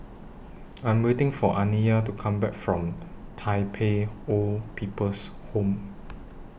I Am waiting For Aniya to Come Back from Tai Pei Old People's Home